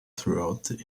throughout